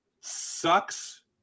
sucks